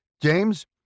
James